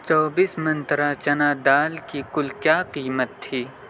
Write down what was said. چوبس منترا چنا دال کی کل کیا قیمت تھی